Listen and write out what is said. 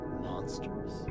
Monsters